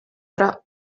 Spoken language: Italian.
tra